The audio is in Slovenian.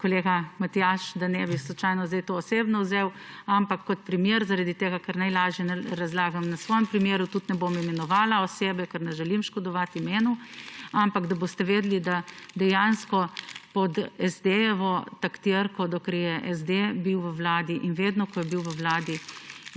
kolega Matjaž, da ne bi slučajno zdaj to osebno vzeli, ampak kot primer, ker najlažje razlagam na svojem primeru. Tudi ne bom imenovala osebe, ker ne želim škodovati imenu, ampak da boste vedeli, da dejansko pod taktirko SD, dokler je SD bil v vladi in vedno, ko je bil v vladi,